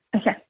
Okay